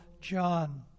John